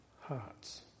hearts